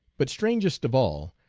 but strangest of all,